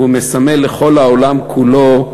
והוא מסמל לכל העולם כולו,